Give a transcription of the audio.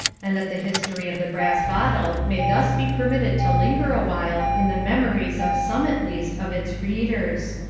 and that the history of the brass bottle may thus be permitted to linger awhile in the memories of some at least of its readers.